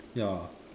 ya